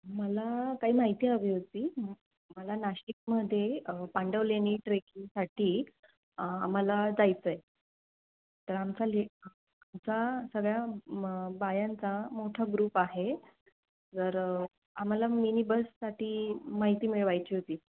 मला काही माहिती हवी होती मला नाशिकमध्ये पांडव लेणी ट्रेकिंगसाठी आम्हाला जायचं आहे तर आमचा ले आमचा सगळ्या म बायांचा मोठा ग्रुप आहे तर आम्हाला मिनी बससाठी माहिती मिळवायची होती